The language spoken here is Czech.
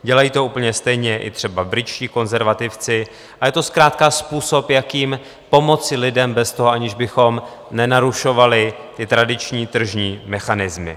Dělají to úplně stejně i třeba britští konzervativci a je to zkrátka způsob, jakým pomoci lidem bez toho, aniž bychom nenarušovali tradiční tržní mechanismy.